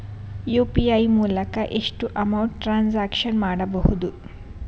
UPI ಮೂಲಕ ಎಷ್ಟು amount transaction ಮಾಡಬಹುದು?